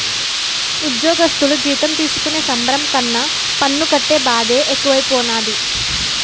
ఉజ్జోగస్థులు జీతం తీసుకునే సంబరం కన్నా పన్ను కట్టే బాదే ఎక్కువైపోనాది